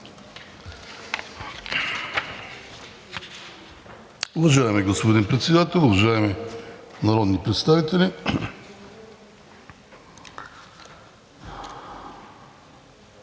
Уважаеми господин Председател, уважаеми народни представители!